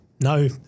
no